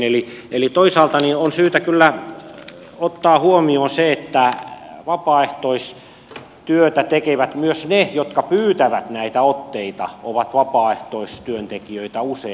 eli toisaalta on syytä kyllä ottaa huomioon se että vapaaehtoistyötä tekevät myös ne jotka pyytävät näitä otteita he ovat vapaaehtoistyöntekijöitä usein